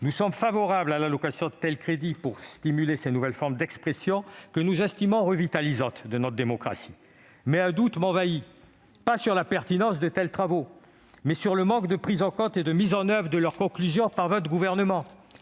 Nous sommes favorables à l'allocation de crédits pour stimuler ces nouvelles formes d'expression, que nous estimons revitalisantes pour notre démocratie. Toutefois, un doute m'envahit, non sur la pertinence de tels travaux, mais sur le manque de prise en compte et de mise en oeuvre de leurs conclusions par votre gouvernement.